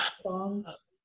songs